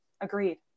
agreed